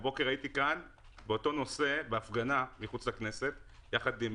הבוקר הייתי כאן באותו נושא בהפגנה מחוץ לכנסת ביחד עם